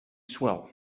swell